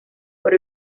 por